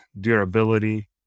durability